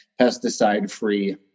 pesticide-free